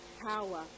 power